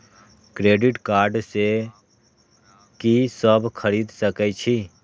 Credit card से की सब खरीद सकें छी?